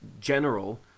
general